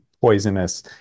poisonous